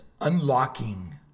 unlocking